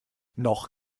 noch